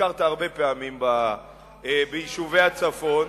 ביקרת הרבה פעמים ביישובי הצפון,